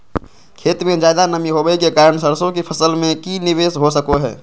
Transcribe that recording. खेत में ज्यादा नमी होबे के कारण सरसों की फसल में की निवेस हो सको हय?